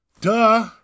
duh